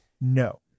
No